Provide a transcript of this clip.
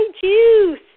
juice